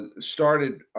started